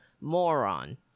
moron